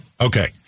Okay